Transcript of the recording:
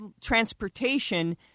transportation